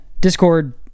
Discord